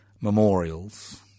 memorials